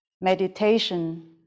meditation